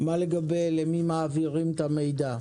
מה לגבי השאלה למי מעבירים את המידע?